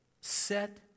set